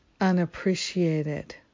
unappreciated